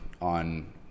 on